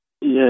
Yes